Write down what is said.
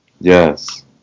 Yes